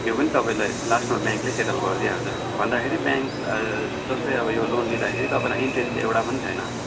त्यो पनि तपाईँलाई लास्टमा ब्याङ्कले सेटल गरिदिई हाल्छ भन्दाखेरि ब्याङ्क जस्तै अब यो लोन लिँदाखेरि तपाईँलाई इन्ट्रेस्ट एउटा पनि छैन